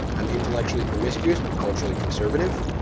i'm intellectually promiscuous but culturally conservative.